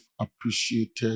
appreciated